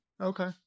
Okay